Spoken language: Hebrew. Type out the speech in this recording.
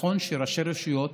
נכון שראשי רשויות